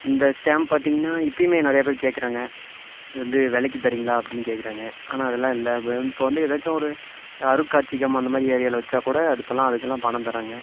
இந்த ஸ்டாம்ப் பார்த்திங்கன்னா இப்போயுமே நிறையா பேர் கேட்குறாங்க இது வந்து விலைக்கு தரிங்களா அப்படின்னு கேட்குறாங்க ஆனால் அதெல்லாம் இல்லை ப இப்போ வந்து ஏதாச்சும் ஒரு அருட்காட்சியகம் அந்தமாதிரி ஏரியாவில வச்சாக்கூட அது இப்போலாம் அதுக்கெலாம் பணம் தராங்க